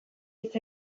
hitz